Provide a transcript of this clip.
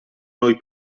noi